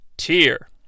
Tier